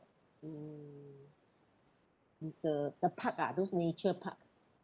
um the the park ah those nature park